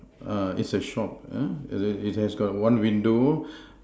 err it's a shop uh it has it has got one window